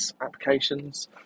applications